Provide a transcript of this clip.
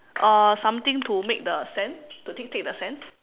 uh something to make the sand to take take the sand